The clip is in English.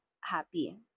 happy